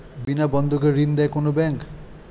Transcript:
বিনা বন্ধকে ঋণ দেয় কোন ব্যাংক?